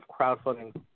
crowdfunding